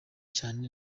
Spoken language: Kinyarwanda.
cyane